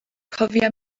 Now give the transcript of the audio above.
cofia